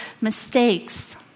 mistakes